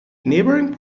neighbouring